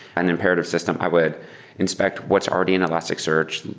an imperative system, i would inspect what's already in elasticsearch.